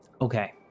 Okay